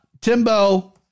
Timbo